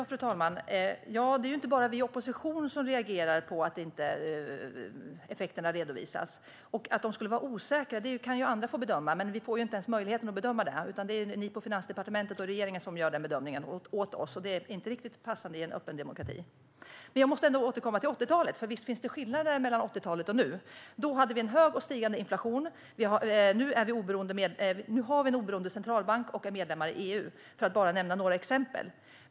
Fru talman! Det är inte bara vi i oppositionen som reagerar på att effekterna inte redovisas. Att de skulle vara osäkra kan andra få bedöma. Men vi får ju inte ens möjligheten att bedöma det, utan det är ni på Finansdepartementet och i regeringen som gör den bedömningen åt oss, vilket inte riktigt är passande i en öppen demokrati. Jag måste ändå återkomma till 80-talet. Visst finns det skillnader mellan 80-talet och nu. Då hade vi en hög och stigande inflation, medan vi nu har en oberoende centralbank och är medlemmar i EU, för att bara nämna några exempel.